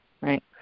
right